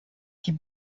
die